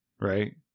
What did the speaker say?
right